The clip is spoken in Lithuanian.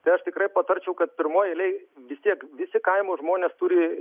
tai aš tikrai patarčiau kad pirmoj eilėj vis tiek visi kaimo žmonės turi